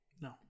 No